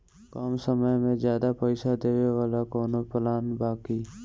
कम समय में ज्यादा पइसा देवे वाला कवनो प्लान बा की?